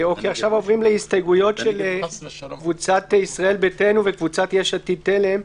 עכשיו עוברים להסתייגויות של קבוצת ישראל ביתנו וקבוצת יש עתיד-תל"ם.